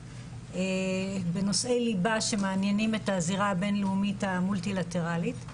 בנושאי ליבה שמעניינים את הזירה הבינלאומית המולטילטראלית,